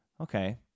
Okay